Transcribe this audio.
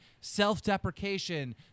self-deprecation